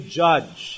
judge